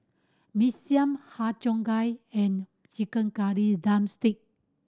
Mee Siam Har Cheong Gai and chicken curry drumstick